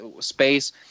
space